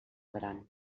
gran